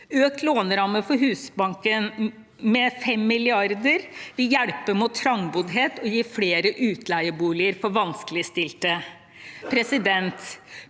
Økt låneramme for Husbanken med 5 mrd. kr vil hjelpe mot trangboddhet og gi flere utleieboliger for vanskeligstilte.